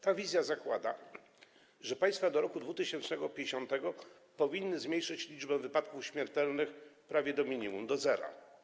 Ta wizja zakłada, że państwa do roku 2050 powinny zmniejszyć liczbę wypadków śmiertelnych prawie do minimum, do zera.